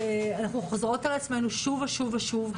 אנחנו חוזרות על עצמנו שוב ושוב ושוב.